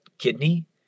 kidney